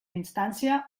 instància